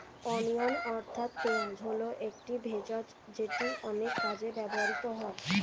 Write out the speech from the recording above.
onion অর্থাৎ পেঁয়াজ হল একটি ভেষজ যেটি অনেক কাজে ব্যবহৃত হয়